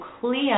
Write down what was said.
clear